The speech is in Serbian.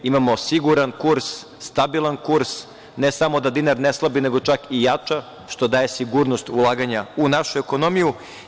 Imamo siguran kurs, stabilan kurs, ne samo da dinar ne slabi, nego čak i jača, što daje sigurnost ulaganja u našu ekonomiju.